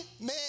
man